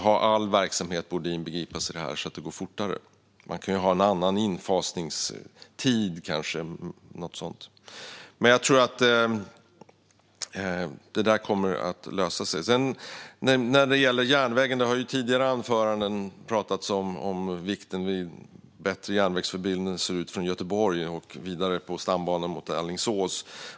All verksamhet borde inbegripas i detta så att det går fortare. Man kan ha en annan infasningstid, eller något sådant. Det där kommer att lösa sig. När det gäller järnvägen har det i tidigare anföranden pratats om vikten av bättre järnvägsförbindelser från Göteborg och vidare på stambanan mot Alingsås.